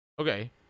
Okay